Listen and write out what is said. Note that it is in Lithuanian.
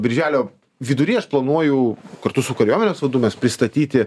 birželio viduryje aš planuoju kartu su kariuomenės vadu mes pristatyti